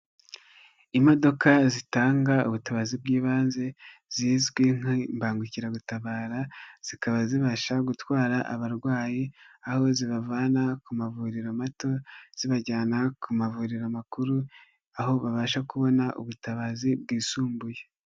Imodoka zitanga ubutabazi bw'ibanze zizwi nk'imbangukiragutabara zikaba zibasha gutwara abarwayi aho zibavana ku mavuriro mato zibajyana ku mavuriro makuru aho babasha kubona ubutabazi bwisumbuye.